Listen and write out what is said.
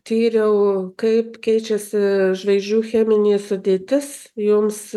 tyriau kaip keičiasi žvaigždžių cheminė sudėtis joms